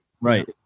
Right